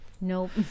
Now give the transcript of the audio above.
nope